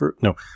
no